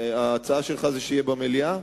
ההצעה שלך היא שזה יהיה במליאה?